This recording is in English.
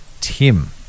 Tim